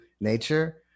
Nature